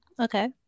Okay